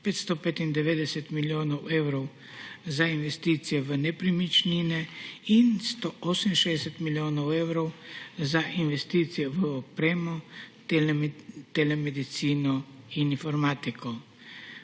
195 milijonov evrov za investicije v nepremičnine in 168 milijonov evrov za investicije v opremo, telemedicino in informatiko.